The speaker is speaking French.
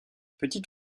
petit